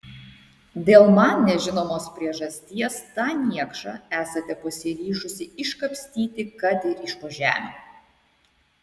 dėl man nežinomos priežasties tą niekšą esate pasiryžusi iškapstyti kad ir iš po žemių